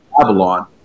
Babylon